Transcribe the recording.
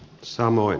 samoin